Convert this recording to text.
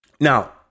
Now